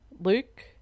Luke